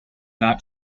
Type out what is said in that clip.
not